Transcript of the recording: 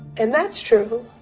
and that's true.